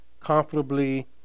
comfortably